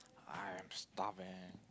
I'm starving